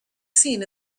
seen